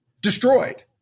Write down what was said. destroyed